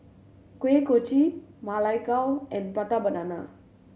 Kuih Kochi Ma Lai Gao and Prata Banana